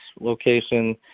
location